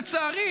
לצערי,